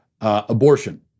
Abortion